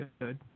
good